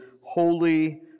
holy